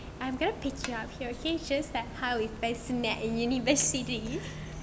I'm gonna pick you up here okay just that how we first met in university